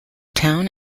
town